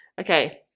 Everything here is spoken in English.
Okay